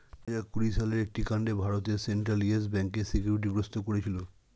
দুহাজার কুড়ি সালের একটি কাণ্ডে ভারতের সেন্ট্রাল ইয়েস ব্যাঙ্ককে সিকিউরিটি গ্রস্ত করেছিল